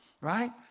Right